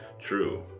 True